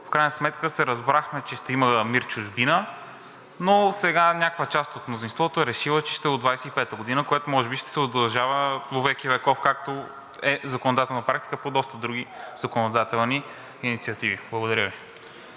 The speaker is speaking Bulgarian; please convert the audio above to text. в крайна сметка се разбрахме, че ще има МИР „Чужбина“, но сега някаква част от мнозинството е решила, че ще е от 2025 г., което, може би, ще се удължава вовеки веков, както е законодателна практика по доста други законодателни инициативи. Благодаря Ви.